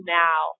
now